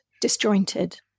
disjointed